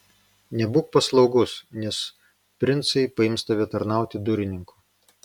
nebūk paslaugus nes princai paims tave tarnauti durininku